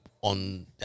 on